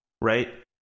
right